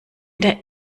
der